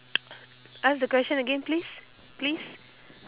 ask the question again please please